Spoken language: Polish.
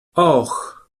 och